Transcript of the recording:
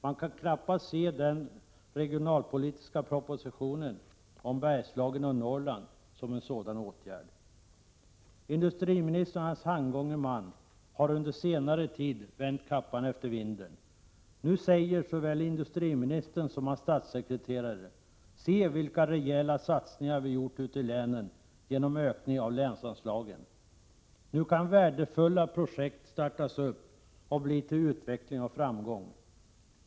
Man kan knappast se den regionalpolitiska propositionen om Bergslagen och Norrland som en sådan åtgärd. Industriministern och hans handgångne man har under senare tid vänt kappan efter vinden. Nu säger såväl industriministern som hans statssekreterare: Se vilka rejäla satsningar vi har gjort ute i länen genom ökningen av länsanslagen! Nu kan värdefulla projekt startas upp och bli till utveckling och framgång.